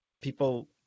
people